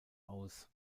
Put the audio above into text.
aus